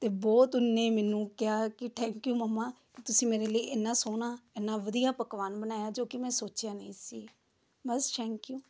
ਅਤੇ ਬਹੁਤ ਉਹਨੇ ਮੈਨੂੰ ਕਿਹਾ ਕਿ ਥੈਂਕ ਯੂ ਮੰਮਾ ਕਿ ਤੁਸੀਂ ਮੇਰੇ ਲਈ ਇੰਨਾ ਸੋਹਣਾ ਇੰਨਾ ਵਧੀਆ ਪਕਵਾਨ ਬਣਾਇਆ ਜੋ ਕਿ ਮੈਂ ਸੋਚਿਆ ਨਹੀਂ ਸੀ ਬਸ ਥੈਂਕ ਯੂ